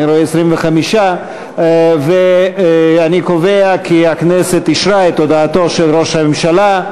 אני רואה 25. אני קובע כי הכנסת אישרה את הודעתו של ראש הממשלה.